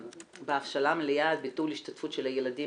בהבשלה מלאה, על ביטול השתתפות של הילדים